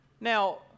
Now